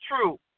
true